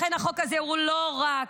לכן החוק הזה הוא לא רק,